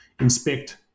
inspect